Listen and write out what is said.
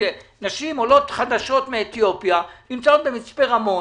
נשים, עולות חדשות מאתיופיה, נמצאות במצפה רמון